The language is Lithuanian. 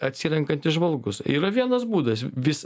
atsirenkant į žvalgus yra vienas būdas vis